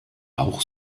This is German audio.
auch